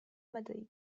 madrid